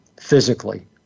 physically